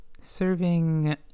serving